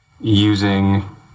using